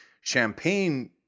champagne